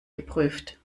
geprüft